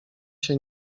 się